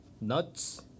nuts